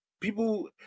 people